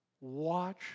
watch